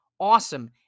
Awesome